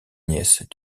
nièce